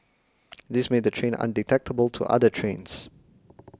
this made the train undetectable to other trains